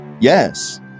Yes